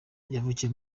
yavukiye